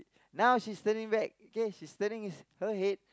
now she's turning back K she's turning his her head